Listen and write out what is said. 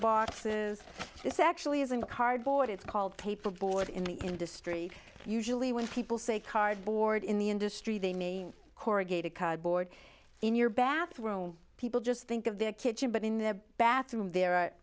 boxes this actually isn't cardboard it's called paper board in the industry usually when people say cardboard in the industry they may corrugated cardboard in your bathroom people just think of their kitchen but in their bathroom there